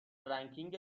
رنکینگ